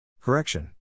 Correction